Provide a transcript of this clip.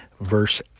verse